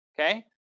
okay